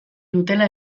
dutela